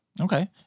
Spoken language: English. Okay